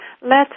let